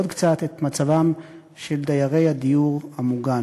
בעוד קצת, את מצבם של דיירי הדיור המוגן.